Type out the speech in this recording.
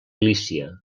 lícia